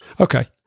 okay